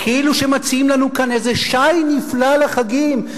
כאילו שמציעים לנו כאן איזה שי נפלא לחגים,